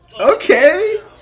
Okay